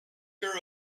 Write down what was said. her